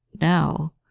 Now